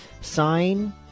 sign